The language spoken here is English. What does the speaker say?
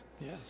Yes